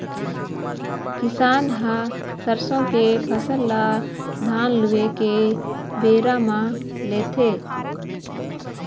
किसान ह सरसों के फसल ल धान लूए के बेरा म लेथे